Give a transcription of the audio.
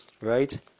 right